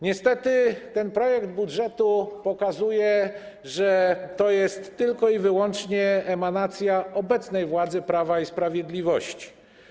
Niestety ten projekt budżetu pokazuje, że to jest tylko i wyłącznie emanacja obecnej władzy Prawa i Sprawiedliwości.